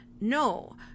No